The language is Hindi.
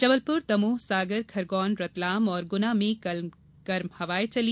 जबलपुर दमोह सागर खरगौन रतलाम और गुना में कल गर्म हवाएं चली